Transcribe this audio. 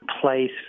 Place